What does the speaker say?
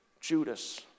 Judas